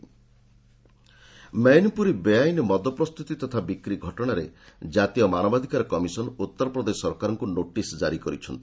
NHRC UP Mainpuri ବେଆଇନ ମଦ ପ୍ରସ୍ତୁତି ତଥା ବିକ୍ରି ଘଟଣାରେ ଜାତୀୟ ମାନବାଧିକାର କମିଶନ ଉତ୍ତରପ୍ରଦେଶ ସରକାରଙ୍କୁ ନୋଟିସ୍ ଜାରି କରିଛନ୍ତି